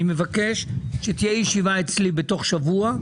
אני מבקש שתהיה ישיבה אצלי תוך שבוע,